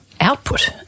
output